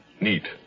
Neat